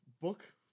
book